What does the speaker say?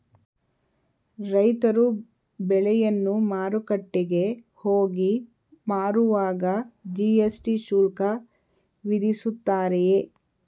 ರೈತರು ಬೆಳೆಯನ್ನು ಮಾರುಕಟ್ಟೆಗೆ ಹೋಗಿ ಮಾರುವಾಗ ಜಿ.ಎಸ್.ಟಿ ಶುಲ್ಕ ವಿಧಿಸುತ್ತಾರೆಯೇ?